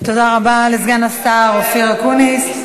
תודה רבה לסגן השר אופיר אקוניס.